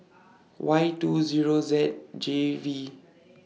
Y two Zero Z J V